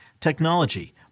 technology